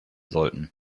sollten